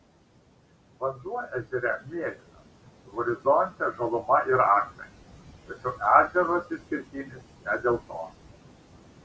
vanduo ežere mėlynas horizonte žaluma ir akmenys tačiau ežeras išskirtinis ne dėl to